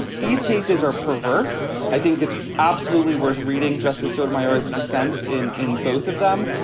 but these cases are perverse. i think it's absolutely worth reading justice sotomayor's dissent in in both of them.